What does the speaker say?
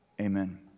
amen